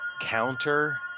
counter